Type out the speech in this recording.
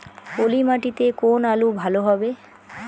পলি মাটিতে কোন আলু ভালো হবে?